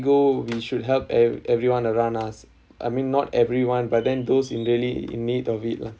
go we should help ev~ everyone around us I mean not everyone but then those in really in need of it lah